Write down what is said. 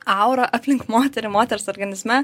aurą aplink moterį moters organizme